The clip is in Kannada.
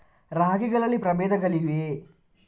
ರಾಗಿಗಳಲ್ಲಿ ಪ್ರಬೇಧಗಳಿವೆಯೇ?